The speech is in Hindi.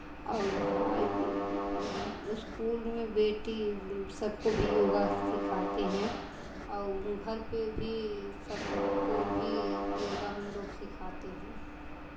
और भाई इस्कूल में बेटी सब को भी योगा सिखाते हैं औ घर पे भी सबको भी योगा हम लोग सिखाते हैं